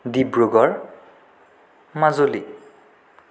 Dibrugarh Majuli